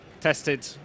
tested